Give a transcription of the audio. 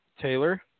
Taylor